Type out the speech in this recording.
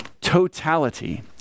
totality